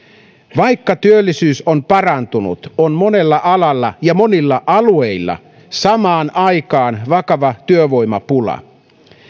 vaikka työllisyys on parantunut on monella alalla ja monilla alueilla samaan aikaan vakava työvoimapula